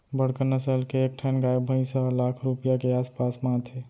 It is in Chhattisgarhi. बड़का नसल के एक ठन गाय भईंस ह लाख रूपया के आस पास म आथे